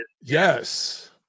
Yes